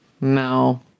No